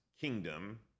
kingdom